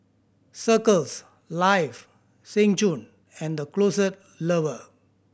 Circles Life Seng Choon and The Closet Lover